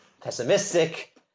pessimistic